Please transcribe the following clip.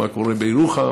מה קורה בירוחם,